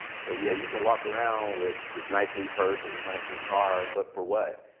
so yeah, you can walk around with this nice, new purse or this nice, new car. but for what?